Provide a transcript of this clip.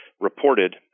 reported